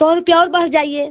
सौ रुपया और बढ़ जाइए